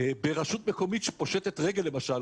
ברשות מקומית שפושטת רגל למשל,